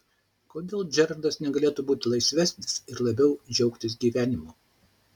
kodėl džerardas negalėtų būti laisvesnis ir labiau džiaugtis gyvenimu